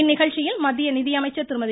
இந்நிகழ்ச்சியில் மத்திய நிதியமைச்சர் திருமதி